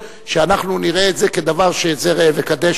שאנחנו נראה את זה כדבר של זה ראה וקדש,